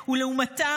ולעומתה,